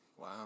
Wow